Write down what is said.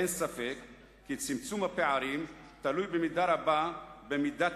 אין ספק כי צמצום הפערים תלוי במידה רבה במידת